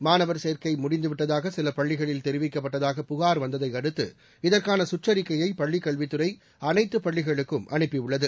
மாணவர் சேர்க்கை முடிந்து விட்டதாக சில பள்ளிகளில் தெரிவிக்கப்பட்டதாக புகார் வந்ததையடுத்து இதற்கான கற்றிக்கையை பள்ளிக்கல்வித்துறை அனைத்து பள்ளிகளுக்கும் அனுப்பியுள்ளது